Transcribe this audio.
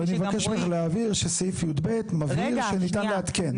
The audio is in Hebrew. אבל אני מבקש ממך להבהיר שסעיף י"ב מבהיר שניתן לעדכן.